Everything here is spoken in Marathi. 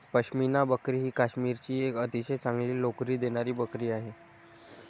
पश्मिना बकरी ही काश्मीरची एक अतिशय चांगली लोकरी देणारी बकरी आहे